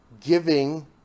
giving